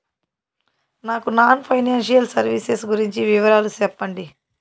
నాకు non financial services గురించి వివరాలు సెప్పండి?